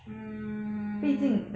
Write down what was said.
mm